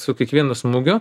su kiekvienu smūgiu